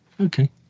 okay